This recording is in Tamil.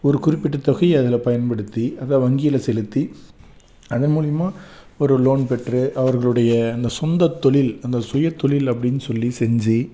ஒரு குறிப்பிட்ட தொகையை அதில் பயன்படுத்தி அதை வங்கியில செலுத்தி அதன் மூலியமாக ஒரு லோன் பெற்று அவர்களுடைய அந்த சொந்த தொழில் அந்த சுய தொழில் அப்படின் சொல்லி செஞ்சு